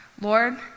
Lord